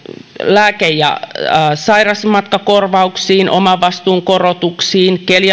lääke ja sairausmatkakorvauksiin omavastuun korotukset